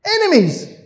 Enemies